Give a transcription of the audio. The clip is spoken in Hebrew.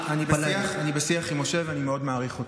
אני בשיח עם משה, ואני מאוד מעריך אותו.